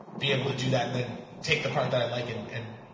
be able to do that and then take the part that i like and and